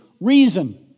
reason